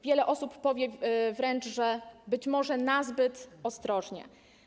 Wiele osób powie wręcz, że być może nazbyt ostrożnie.